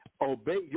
Obey